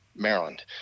maryland